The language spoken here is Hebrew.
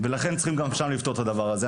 לכן, צריך לפתור גם שם את הדבר הזה.